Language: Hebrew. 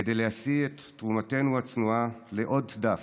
כדי להשיא את תרומתנו הצנועה לעוד דף,